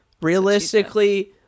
realistically